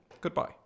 goodbye